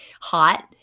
hot